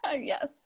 Yes